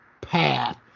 path